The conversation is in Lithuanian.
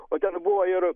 o ten buvo ir